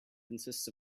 consists